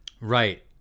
Right